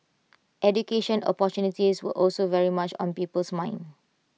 education opportunities were also very much on people's minds